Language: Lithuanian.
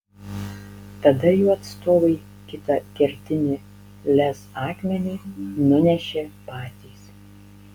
tada jų atstovai kitą kertinį lez akmenį nunešė patys